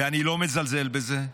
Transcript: ואני לא מזלזל בזה,